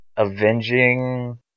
Avenging